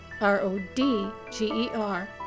R-O-D-G-E-R